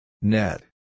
Net